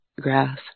grass